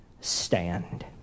stand